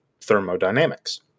thermodynamics